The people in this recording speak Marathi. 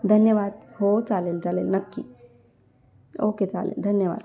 धन्यवाद हो चालेल चालेल नक्की ओके चालेल धन्यवाद